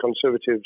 Conservatives